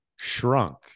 shrunk